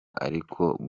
ariko